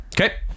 Okay